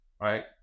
Right